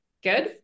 Good